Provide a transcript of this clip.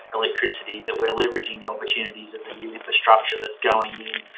electricity that we're leveraging the opportunities of the new infrastructure that's going in,